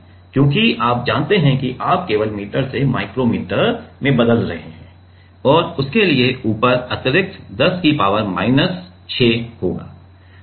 क्योंकि आप जानते हैं कि आप केवल मीटर से माइक्रो मीटर में बदल रहे हैं और उसके लिए ऊपर अतिरिक्त 10 की पावर माइनस 6 होगा